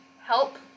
Help